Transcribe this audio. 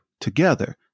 together